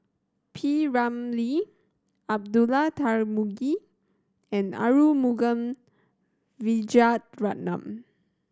P Ramlee Abdullah Tarmugi and Arumugam Vijiaratnam